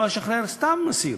יכולה לשחרר סתם אסיר,